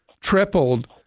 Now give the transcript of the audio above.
tripled